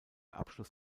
abschluss